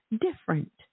different